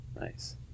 nice